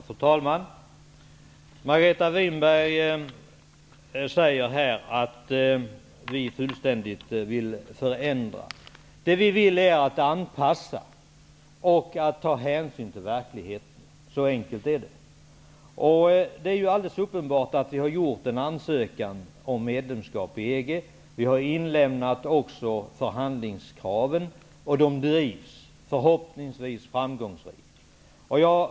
Fru talman! Margareta Winberg säger att vi vill förändra fullständigt. Det vi vill göra är att anpassa oss och ta hänsyn till verkligheten. Så enkelt är det. Det är uppenbart att vi har ansökt om medlemskap i EG. Vi har också inlämnat förhandlingskraven. De drivs, förhoppningsvis framgångsrikt.